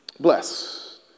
Bless